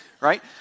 right